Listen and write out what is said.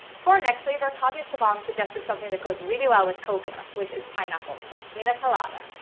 for our next flavor, kavya sivan suggested something that goes really well with coconut which is pineapple for pina colada.